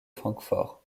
francfort